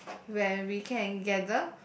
when we can gather